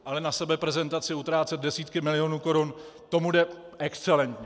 Ale na sebeprezentaci utrácet desítky milionů korun, to mu jde excelentně.